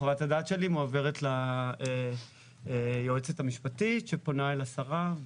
חוות הדעת שלי מועברת ליועצת המשפטית שפונה אל השרה.